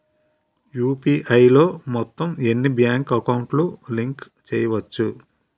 UPI లో మొత్తం ఎన్ని బ్యాంక్ అకౌంట్ లు లింక్ చేయచ్చు?